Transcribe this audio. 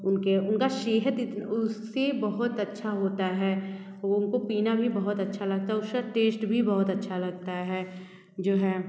उनके उनका सेहत इत उससे बहुत अच्छा होता हैं उनको पीना भी बहुत अच्छा लगता है उसका टेस्ट भी बहुत अच्छा लगता है जो है